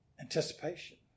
anticipation